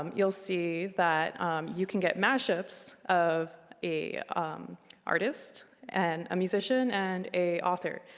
um you'll see that you can get mashups of a artist and a musician and a author.